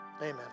amen